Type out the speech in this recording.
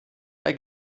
bei